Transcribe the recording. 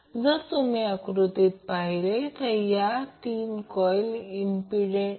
आणि येथे प्रमेयाच्या जास्तीत जास्त भागासाठी XL x g भरा